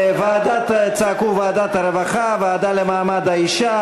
44 בעד, 20 מתנגדים,